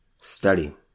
study